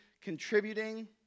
contributing